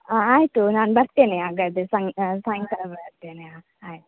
ಹಾಂ ಆಯಿತು ನಾನು ಬರ್ತೇನೆ ಹಾಗಾದ್ರೆ ಸಂಗ್ ಸಾಯಂಕಾಲ ಬರ್ತೇನೆ ಆಯಿತು